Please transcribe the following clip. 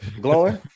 Glowing